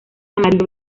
amarillo